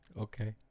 okay